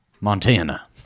Montana